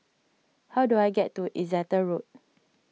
how do I get to Exeter Road